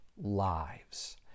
lives